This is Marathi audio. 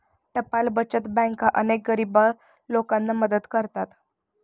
टपाल बचत बँका अनेक गरीब लोकांना मदत करतात